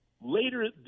later